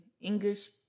English